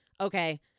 okay